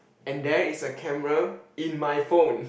and there is a camera in my phone